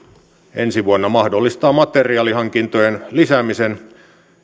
ensi vuonna mahdollistaa materiaalihankintojen lisäämisen